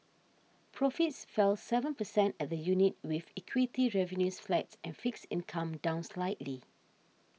profits fell seven percent at the unit with equity revenues flat and fixed income down slightly